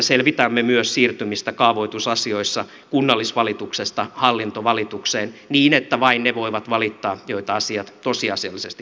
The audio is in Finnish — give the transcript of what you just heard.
selvitämme myös siirtymistä kaavoitusasioissa kunnallisvalituksesta hallintovalitukseen niin että vain he voivat valittaa joita asiat tosiasiallisesti koskettavat